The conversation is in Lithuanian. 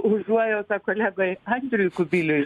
užuojauta kolegai andriui kubiliui